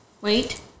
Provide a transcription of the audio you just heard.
Wait